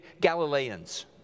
Galileans